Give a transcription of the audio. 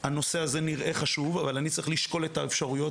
הנושא הזה נראה חשוב אבל אני צריך לשקול את האפשרויות,